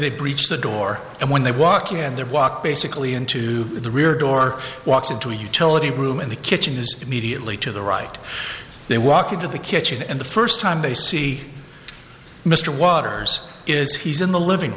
they breach the door and when they walk in there walk basically into the rear door walks into a utility room in the kitchen is immediately to the right they walk into the kitchen and the first time they see mr waters is he's in the living